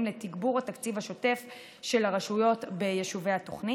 לתגבור התקציב השוטף של הרשויות ביישובי התוכנית.